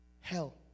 Hell